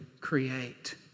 create